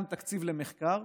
גם תקציב למחקר,